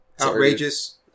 outrageous